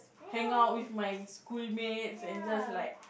hang out with my schoolmates and just like